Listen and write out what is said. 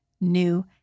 new